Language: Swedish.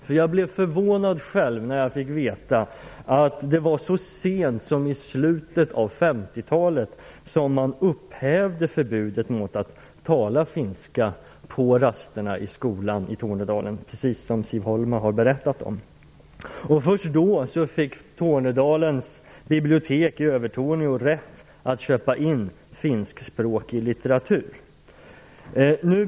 Jag blev själv förvånad när jag fick veta att det var så sent som i slutet av 50-talet som man upphävde förbudet mot att tala finska på rasterna i skolan i Tornedalen, precis som Siv Holma har berättat om. Först då fick Tornedalens bibliotek i Övertorneå rätt att köpa in finskspråkig litteratur.